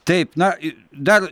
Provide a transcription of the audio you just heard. taip na i dar